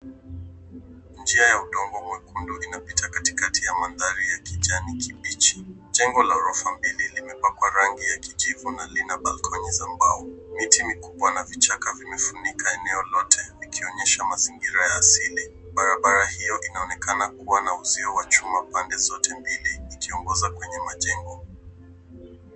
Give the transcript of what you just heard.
Njia ya udongo mwekundu inapita katikati ya mandhari ya kijani kibichi. Jengo la ghrofa mbili limepakwa rangi ya kijivu na lina balkoni za mbao. Miti ni kubwa na vichaka vinafunika eneo lote likionyesha mazingira ya asili. Barabara hiyo inaonekana kuwa na uzio wa chuma na pande zote mbili zikiongoza kwenye majengo.